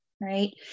Right